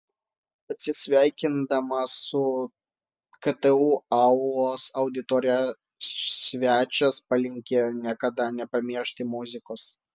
atsisveikindamas su ktu aulos auditorija svečias palinkėjo niekada nepamiršti muzikos